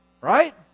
right